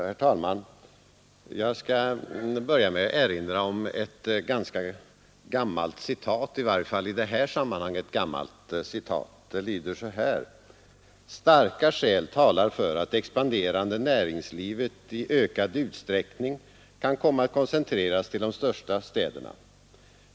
Herr talman! Jag skall börja med att erinra om ett i varje fall i detta sammanhang gammalt uttalande: ”Starka skäl talar för att det expanderande näringslivet i ökad utsträckning kan komma att koncentreras till de största städerna.